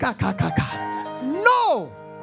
No